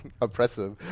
oppressive